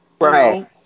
Right